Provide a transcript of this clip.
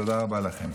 תודה רבה לכם.